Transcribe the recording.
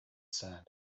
sand